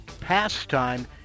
pastime